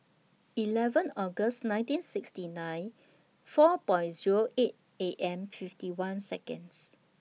eleven August nineteen sixty nine four Point Zero eight A M fifty one Seconds